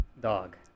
Dog